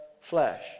flesh